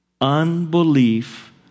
unbelief